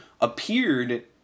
appeared